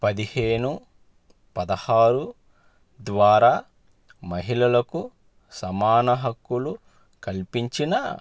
పదిహేను పదహారు ద్వారా మహిళలకు సమాన హక్కులు కల్పించినా